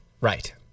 Right